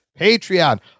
patreon